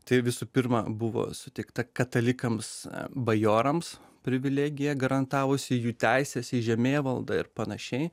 tai visų pirma buvo suteikta katalikams bajorams privilegija garantavusi jų teises į žemėvaldą ir panašiai